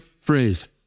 phrase